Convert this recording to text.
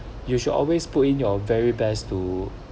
you should always put in your very best to